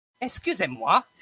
Excusez-moi